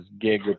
gig